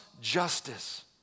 justice